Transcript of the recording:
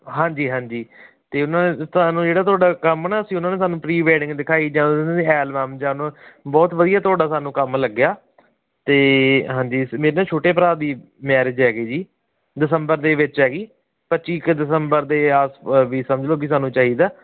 ਹਾਂਜੀ ਹਾਂਜੀ ਅਤੇ ਉਹਨਾਂ ਨੇ ਤੁਹਾਨੂੰ ਜਿਹੜਾ ਤੁਹਾਡਾ ਕੰਮ ਨਾ ਅਸੀਂ ਉਹਨਾਂ ਨੇ ਸਾਨੂੰ ਪ੍ਰੀ ਵੈਡਿੰਗ ਦਿਖਾਈ ਜਦ ਐਲਬਮ ਜਦ ਬਹੁਤ ਵਧੀਆ ਤੁਹਾਡਾ ਸਾਨੂੰ ਕੰਮ ਲੱਗਿਆ ਅਤੇ ਹਾਂਜੀ ਮੇਰੇ ਨਾ ਛੋਟੇ ਭਰਾ ਦੀ ਮੈਰਿਜ ਹੈਗੀ ਜੀ ਦਸੰਬਰ ਦੇ ਵਿੱਚ ਹੈਗੀ ਪੱਚੀ ਕੁ ਦਸੰਬਰ ਦੇ ਆਸ ਵੀ ਸਮਝ ਲਓ ਕਿ ਸਾਨੂੰ ਚਾਹੀਦਾ